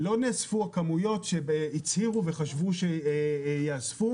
לא נאספו הכמויות שהצהירו וחשבו שייאספו.